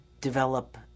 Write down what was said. develop